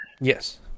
Yes